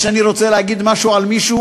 כשאני רוצה להגיד משהו על מישהו,